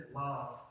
love